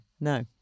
no